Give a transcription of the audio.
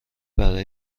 برا